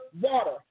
water